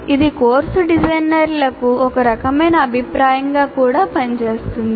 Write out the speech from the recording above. ఇది కోర్సు డిజైనర్లకు ఒక రకమైన అభిప్రాయంగా కూడా పనిచేస్తుంది